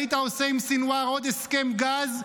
היית עושה עם סנוואר עוד הסכם גז,